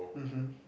uh hmm